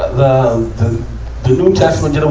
the new testament